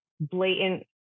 blatant